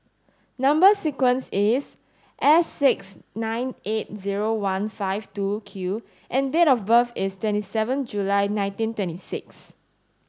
number sequence is S six nine eight zero one five two Q and date of birth is twenty seven July nineteen twenty six